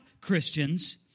Christians